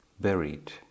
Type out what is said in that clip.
buried